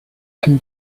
can